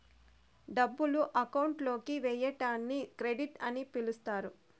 డబ్బులు అకౌంట్ లోకి వేయడాన్ని క్రెడిట్ అని పిలుత్తారు